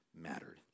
mattered